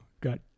got